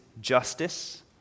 justice